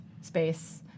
space